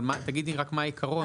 תגידי רק מה העקרון.